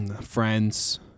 friends